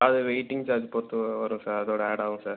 அது waiting charge பொறுத்து வ வரும் சார் அதோட ஆட் ஆவும் சார்